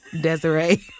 Desiree